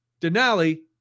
Denali